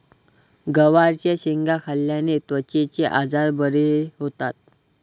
गवारच्या शेंगा खाल्ल्याने त्वचेचे आजार बरे होतात